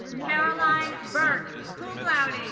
caroline burke, cum laude.